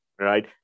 right